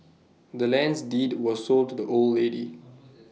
the land's deed was sold to the old lady